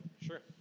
Sure